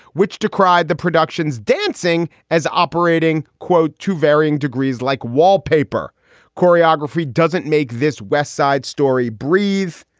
which decried the productions dancing as operating, quote, to varying degrees like wallpaper choreography doesn't make this west side story breathe.